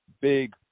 big